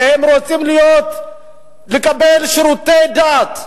שהם רוצים לקבל שירותי דת?